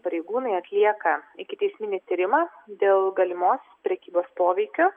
pareigūnai atlieka ikiteisminį tyrimą dėl galimos prekybos poveikiu